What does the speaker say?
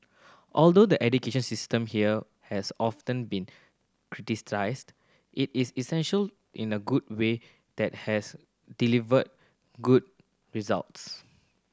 although the education system here has often been criticised it is essential in a good way that has delivered good results